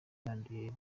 yanduye